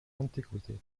antiquity